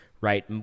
right